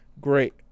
great